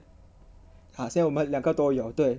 !huh! 现在我们两个都摇对 dui